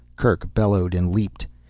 kerk bellowed and leaped.